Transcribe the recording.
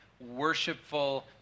worshipful